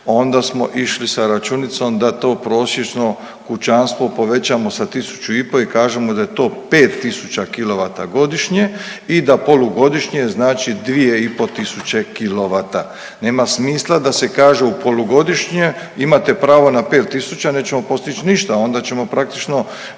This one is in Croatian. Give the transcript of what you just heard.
Onda smo išli sa računicom da to prosječno kućanstvo povećamo sa tisuću i po i kažemo da je to 5.000 kilovata godišnje i da polugodišnje znači 2,5 tisuće kilovata. Nema smisla da se kaže polugodišnje imate pravo na 5.000, nećemo postići ništa onda ćemo praktično